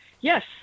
Yes